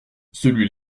celui